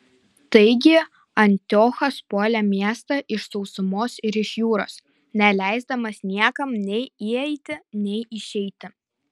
taigi antiochas puolė miestą iš sausumos ir iš jūros neleisdamas niekam nei įeiti nei išeiti